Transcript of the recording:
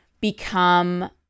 become